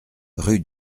rue